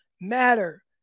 matter